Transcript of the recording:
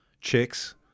chicks